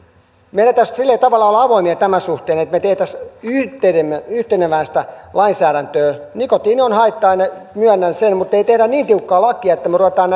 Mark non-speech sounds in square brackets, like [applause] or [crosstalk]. meidän täytyisi sillä lailla tavallaan olla avoimia tämän suhteen että me tekisimme yhteneväistä yhteneväistä lainsäädäntöä nikotiini on haitta aine myönnän sen mutta ei tehdä niin tiukkaa lakia että me rupeamme [unintelligible]